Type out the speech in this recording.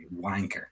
wanker